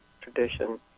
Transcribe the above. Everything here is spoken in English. tradition